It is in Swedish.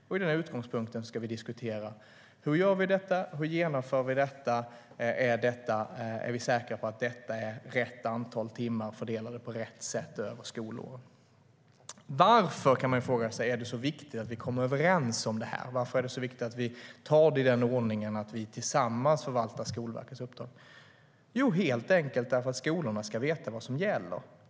Från den utgångspunkten ska vi diskutera hur vi genomför detta och om vi är säkra på att detta är rätt antal timmar fördelade på rätt sätt över skolåren. Varför, kan man fråga sig, är det så viktigt att vi kommer överens om det här? Varför är det så viktigt att vi tar det i den ordningen att vi tillsammans förvaltar Skolverkets uppdrag? Jo, helt enkelt därför att skolorna ska veta vad som gäller.